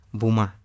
buma